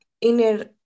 inner